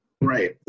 Right